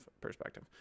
perspective